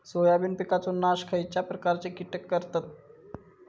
Soybean पिकांचो नाश खयच्या प्रकारचे कीटक करतत?